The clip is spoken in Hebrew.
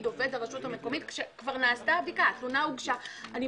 עובד הרשות המקומית כשכבר נעשתה בדיקה - התלונה הוגשה; לא